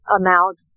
amount